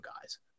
guys